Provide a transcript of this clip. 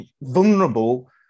vulnerable